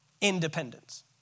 independence